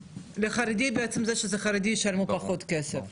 שלחרדי מעצם זה שזה חרדי ישלמו פחות כסף.